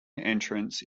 entrance